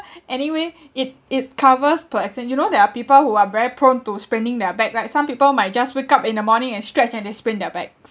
anyway it it covers per accident you know there are people who are very prone to spraining their back like some people might just wake up in the morning and stretch and they sprain their backs